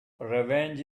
revenge